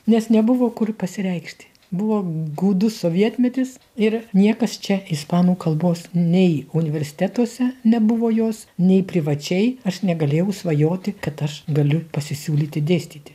nes nebuvo kur pasireikšti buvo gūdus sovietmetis ir niekas čia ispanų kalbos nei universitetuose nebuvo jos nei privačiai aš negalėjau svajoti kad aš galiu pasisiūlyti dėstyti